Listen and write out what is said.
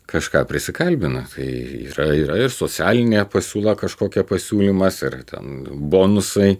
kažką prisikalbina tai yra yra ir socialinė pasiūla kažkokia pasiūlymas ir ten bonusai